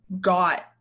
got